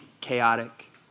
Chaotic